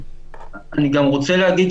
אני גם רוצה להגיד,